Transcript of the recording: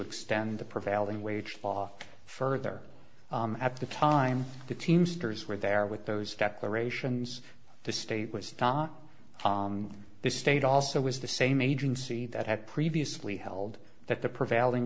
extend the prevailing wage law further at the time the teamsters were there with those declarations the state was not the state also was the same agency that had previously held that the prevailing